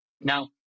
Now